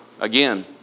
again